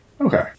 Okay